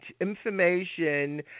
information